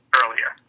earlier